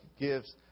gives